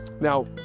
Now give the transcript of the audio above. Now